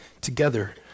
together